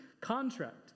contract